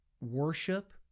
worship